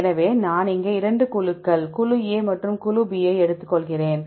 எனவே நான் இங்கே 2 குழுக்கள் குழு A மற்றும் குழு B ஐ எடுத்துக்கொள்கிறேன்